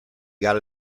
got